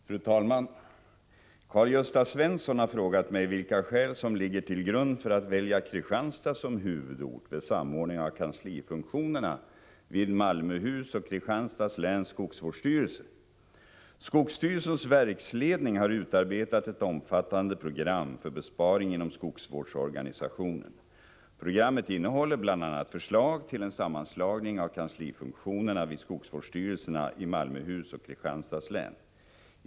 Fru talman! Karl-Gösta Svenson har frågat mig vilka skäl som ligger till grund för att välja Kristianstad som huvudort vid samordning av kanslifunktionerna vid Malmöhus och Kristianstads läns skogsvårdsstyrelser. Skogsstyrelsens verksledning har utarbetat ett omfattande program för besparing inom skogsvårdsorganisationen. Programmet innehåller bl.a. förslag till en sammanslagning av kanslifunktionerna vid skogsvårdsstyrelserna i Malmöhus och Kristianstads län.